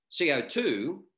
CO2